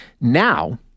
Now